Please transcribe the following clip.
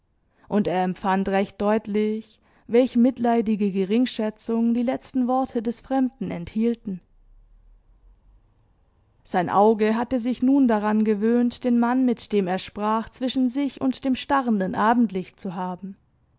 und er empfand recht deutlich welch mitleidige geringschätzung die letzten worte des fremden enthielten sein auge hatte sich nun daran gewöhnt den mann mit dem er sprach zwischen sich und dem starrenden abendlicht zu haben